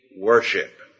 worship